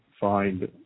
find